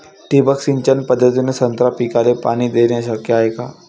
ठिबक सिंचन पद्धतीने संत्रा पिकाले पाणी देणे शक्य हाये का?